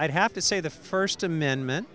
i have to say the first amendment